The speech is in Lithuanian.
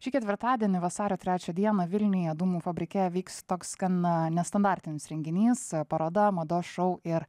šį ketvirtadienį vasario trečią dieną vilniuje dūmų fabrike vyks toks gan a nestandartinis renginys paroda mados šou ir